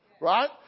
Right